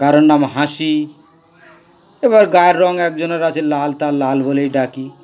কারোর নাম হাসি এবার গায়ের রঙ একজনের আছে লাল তার লাল বলেই ডাকি